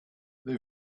they